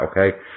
okay